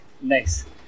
Nice